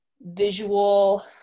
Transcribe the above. visual